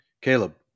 caleb